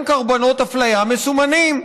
הם קורבנות אפליה מסומנים,